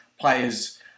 players